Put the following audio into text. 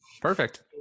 Perfect